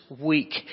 week